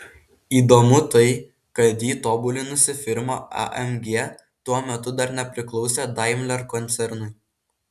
įdomu tai kad jį tobulinusi firma amg tuo metu dar nepriklausė daimler koncernui